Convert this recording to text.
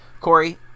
Corey